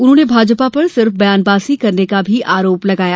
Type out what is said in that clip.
उन्होंने भाजपा पर सिर्फ बयानबाजी करने का आरोप भी लगाया